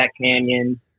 canyon